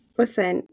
listen